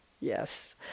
Yes